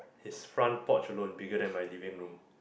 his front porch alone bigger than my living room